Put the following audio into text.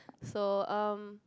so erm